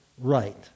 right